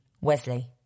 Wesley